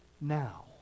now